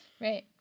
right